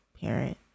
parent